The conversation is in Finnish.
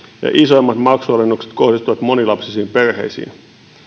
ja isoimmat maksualennukset kohdistuvat monilapsisiin perheisiin